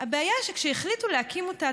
הבעיה היא שכשהחליטו להקים אותה,